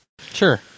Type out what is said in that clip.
Sure